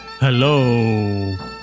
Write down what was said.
Hello